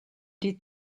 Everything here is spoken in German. die